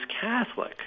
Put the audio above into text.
Catholic